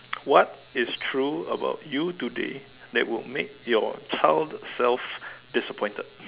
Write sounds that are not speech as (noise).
(noise) what is true about you today that will make your child self disappointed